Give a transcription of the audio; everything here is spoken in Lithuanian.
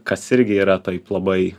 kas irgi yra taip labai